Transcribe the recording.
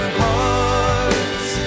hearts